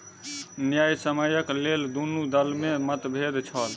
न्यायसम्यक लेल दुनू दल में मतभेद छल